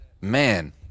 man